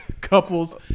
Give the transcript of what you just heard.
couples